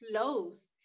flows